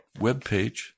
webpage